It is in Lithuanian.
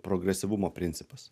progresyvumo principas